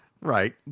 right